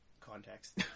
context